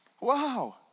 Wow